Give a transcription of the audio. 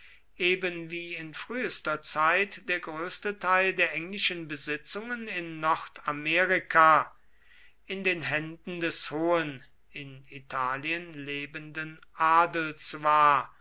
eben wie in frühester zeit der größte teil der englischen besitzungen in nordamerika in den händen des hohen in italien lebenden adels war